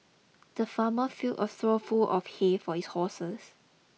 the farmer filled a trough full of hay for his horses